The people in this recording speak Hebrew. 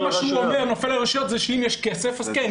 זה אומר שאם יש כסף אז כן,